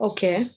Okay